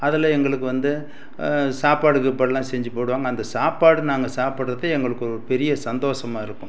அதில் எங்களுக்கு வந்து சாப்பாடு கீப்பாடெலாம் செஞ்சு போடுவாங்க அந்த சாப்பாடு நாங்கள் சாப்பிட்டுறது எங்களுக்கு ஒரு பெரிய சந்தோஷமா இருக்கும்